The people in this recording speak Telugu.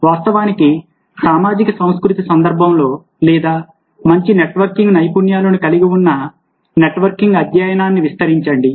వాస్తవానికి సామాజిక సాంస్కృతిక సందర్భంలో లేదా మంచి నెట్వర్కింగ్ నైపుణ్యాలను కలిగి ఉన్న నెట్వర్కింగ్ అధ్యయనాన్ని విస్తరించండి